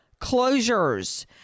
closures